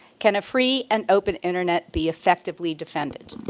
can a free and open internet be effectively defended?